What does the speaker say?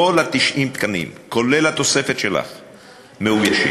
כל 90 התקנים, כולל התוספת שלך, מאוישים.